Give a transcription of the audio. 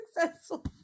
successful